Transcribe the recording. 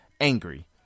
Angry